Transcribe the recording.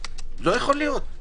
לא ייתכן.